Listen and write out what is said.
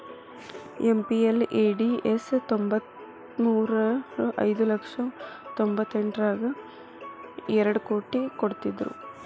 MPLADS ತ್ತೊಂಬತ್ಮುರ್ರಗ ಐದು ಲಕ್ಷ ತೊಂಬತ್ತೆಂಟರಗಾ ಎರಡ್ ಕೋಟಿ ಕೊಡ್ತ್ತಿದ್ರು